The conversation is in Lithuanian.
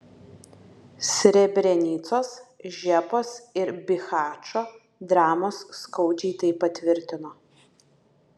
srebrenicos žepos ir bihačo dramos skaudžiai tai patvirtino